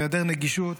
והיעדר נגישות,